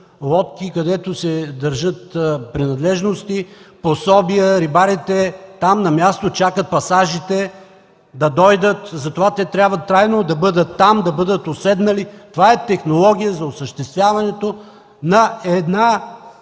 лодки, където се държат принадлежности, пособия. Там рибарите на място чакат пасажите да дойдат и затова трябва трайно да бъдат там, да бъдат уседнали – това е технология за осъществяването на една